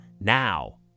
now